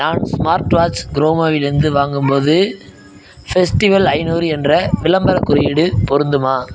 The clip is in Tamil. நான் ஸ்மார்ட் வாட்ச் க்ரோமாவிலிருந்து வாங்கும்போது ஃபெஸ்டிவல் ஐந்நூறு என்ற விளம்பரக் குறியீடு பொருந்துமா